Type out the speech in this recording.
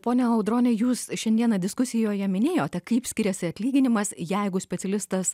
ponia audrone jūs šiandieną diskusijoje minėjote kaip skiriasi atlyginimas jeigu specialistas